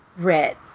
Red